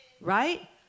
right